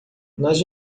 nós